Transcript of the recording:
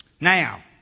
Now